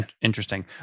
Interesting